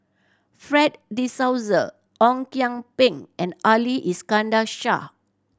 Fred De Souza Ong Kian Peng and Ali Iskandar Shah